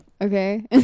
okay